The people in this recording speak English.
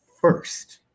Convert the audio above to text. first